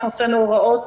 אנחנו הוצאנו הוראות